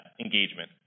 engagement